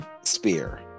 spear